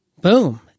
Boom